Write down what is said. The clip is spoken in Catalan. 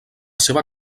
seva